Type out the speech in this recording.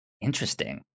interesting